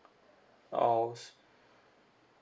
oh